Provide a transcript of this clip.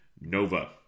Nova